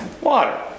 Water